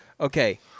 okay